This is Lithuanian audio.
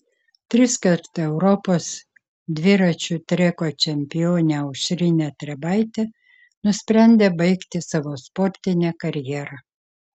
triskart europos dviračių treko čempionė aušrinė trebaitė nusprendė baigti savo sportinę karjerą